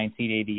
1988